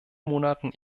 monaten